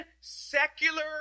secular